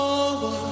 over